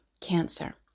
cancer